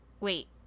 Wait